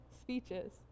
speeches